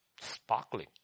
sparkling